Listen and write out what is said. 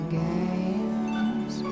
games